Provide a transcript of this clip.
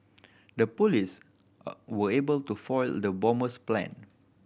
the police were able to foil the bomber's plan